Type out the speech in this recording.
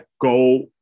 Go